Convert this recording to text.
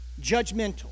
judgmental